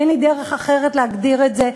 אין לי דרך אחרת להגדיר את זה,